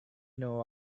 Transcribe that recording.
know